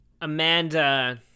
Amanda